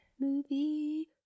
Movie